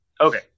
Okay